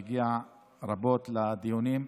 שהגיע רבות לדיונים,